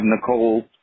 Nicole